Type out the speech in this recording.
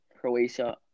Croatia